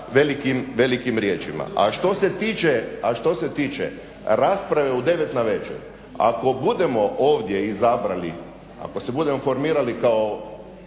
velikim riječima. A što se tiče rasprave u 9 navečer, ako budemo ovdje izabrali, ako se budemo formirali kao